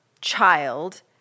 child